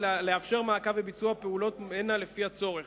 לאפשר מעקב וביצוע פעולות מנע לפי הצורך.